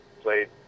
played